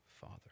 Father